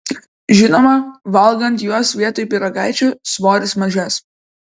žinoma valgant juos vietoj pyragaičių svoris mažės